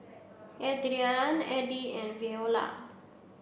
Adrianne Edie and Veola